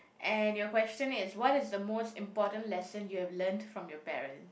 and your question is what is the most important lesson you have learnt from your parent